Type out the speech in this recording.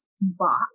box